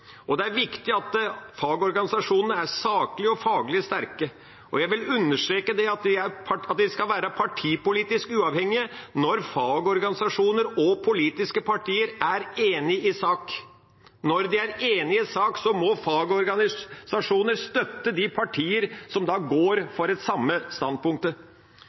og det er viktig at fagorganisasjonene er saklig og faglig sterke. Jeg vil understreke at vi skal være partipolitisk uavhengige når fagorganisasjoner og politiske partier er enige i sak. Når de er enige i sak, må fagorganisasjonene støtte de partiene som går for det samme standpunktet.